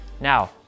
Now